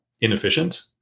inefficient